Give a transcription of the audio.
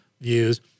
views